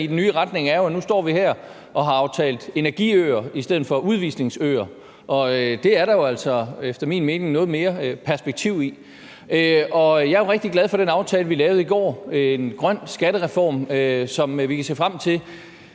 i den nye retning er jo, at nu står vi her og har aftalt energiøer i stedet for udvisningsøer, og det er der jo altså efter min mening noget mere perspektiv i. Jeg er jo rigtig glad for den aftale, vi lavede i går: en grøn skattereform, som vi kan se frem til.